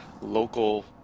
local